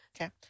Okay